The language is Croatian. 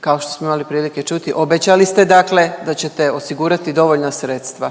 kao što smo imali prilike čuti obećali ste dakle da ćete osigurati dovoljna sredstva.